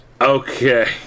Okay